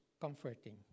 comforting